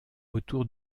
autour